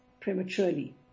prematurely